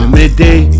midday